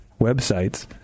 websites